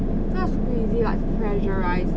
not squeeze like pressurised ah